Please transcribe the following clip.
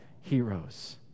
heroes